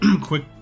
quick